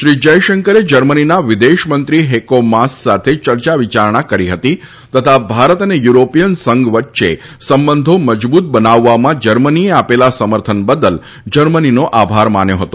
શ્રી જયશંકરે જર્મનીના વિદેશમંત્રી હેકો માસ સાથે ચર્ચા વિચારણા કરી હતી તથા ભારત અને યુરોપીયન સંઘ વચ્ચે સંબધો મજબૂત બનાવવમાં જર્મનીએ આપેલા સમર્થન બદલ જર્મનીનો આભાર માન્યો હતો